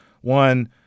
One